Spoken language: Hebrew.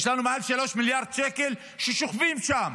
יש לנו מעל 3 מיליארד שקל ששוכבים שם,